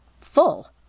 full